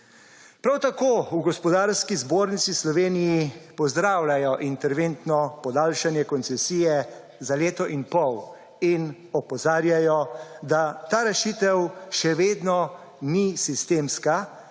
Prav tako v Gospodarski zbornici Slovenije pozdravljajo interventno podaljšanje koncesije za leto in pol in opozarjajo, da ta rešitev še vedno ni sistemska,